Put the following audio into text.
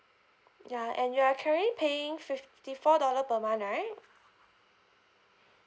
ya and you are currently paying fifty four dollar per month right